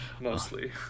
Mostly